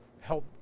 help